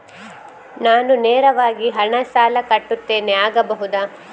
ನಾನು ನೇರವಾಗಿ ಹಣ ಸಾಲ ಕಟ್ಟುತ್ತೇನೆ ಆಗಬಹುದ?